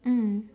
mm